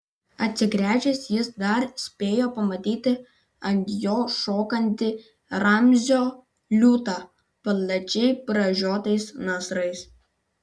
atsigręžęs jis dar spėjo pamatyti ant jo šokantį ramzio liūtą plačiai pražiotais nasrais